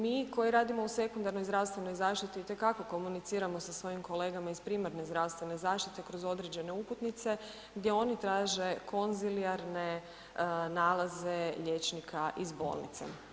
Mi koji radimo u sekundarnoj zdravstvenoj zaštiti itekako komuniciramo sa svojim kolegama iz primarne zaštitne zaštite kroz određene uputnice gdje oni traže konzilijarne nalaze liječnika iz bolnice.